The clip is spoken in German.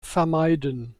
vermeiden